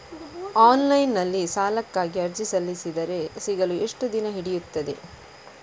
Online ನಲ್ಲಿ ಸಾಲಕ್ಕಾಗಿ ಅರ್ಜಿ ಸಲ್ಲಿಸಿದರೆ ಸಿಗಲು ಎಷ್ಟು ದಿನ ಹಿಡಿಯುತ್ತದೆ?